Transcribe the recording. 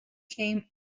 came